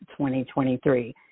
2023